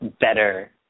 better